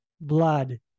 blood